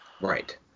Right